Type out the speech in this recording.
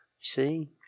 See